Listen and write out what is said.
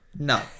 No